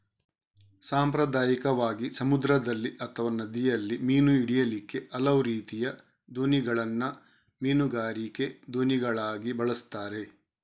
ಸಾಂಪ್ರದಾಯಿಕವಾಗಿ ಸಮುದ್ರದಲ್ಲಿ ಅಥವಾ ನದಿಯಲ್ಲಿ ಮೀನು ಹಿಡೀಲಿಕ್ಕೆ ಹಲವು ರೀತಿಯ ದೋಣಿಗಳನ್ನ ಮೀನುಗಾರಿಕೆ ದೋಣಿಗಳಾಗಿ ಬಳಸ್ತಾರೆ